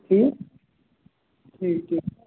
ٹھیٖک ٹھیٖک ٹھیٖک